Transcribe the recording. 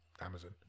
Amazon